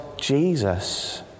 Jesus